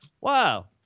Wow